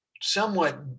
somewhat